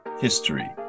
history